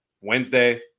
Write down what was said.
Wednesday